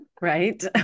right